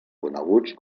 coneguts